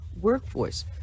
workforce